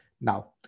Now